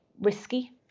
risky